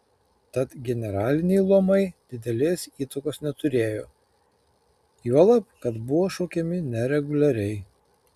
tad generaliniai luomai didelės įtakos neturėjo juolab kad buvo šaukiami nereguliariai